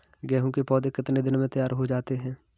गेहूँ के पौधे कितने दिन में तैयार हो जाते हैं?